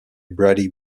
brady